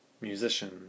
musician